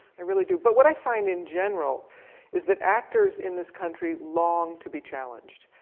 i really do! but what i find in general is that actors in this country long to be challenged,